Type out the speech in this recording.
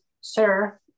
sir